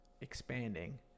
expanding